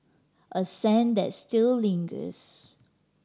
a scent that still lingers